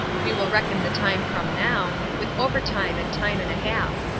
we will reckon the time from now, with overtime at time and a half.